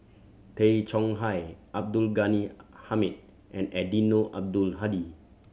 Tay Chong Hai Abdul Ghani Hamid and Eddino Abdul Hadi